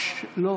לא.